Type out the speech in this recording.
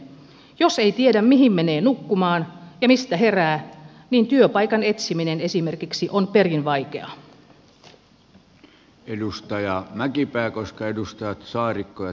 jos ei tiedä mihin menee nukkumaan ja mistä herää niin esimerkiksi työpaikan etsiminen on perin vaikeaa